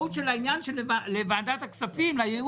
המשמעות של העניין שלוועדת הכספים,